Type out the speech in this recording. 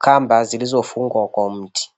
kamba zilofungwa kwa mti.